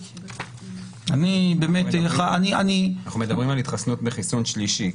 אנחנו מדברים על התחסנות בחיסון שלישי,